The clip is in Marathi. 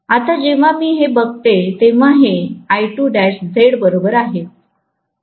आता जेव्हा मी हे बघते तेव्हा हेZ बरोबर आहे